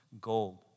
Gold